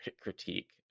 critique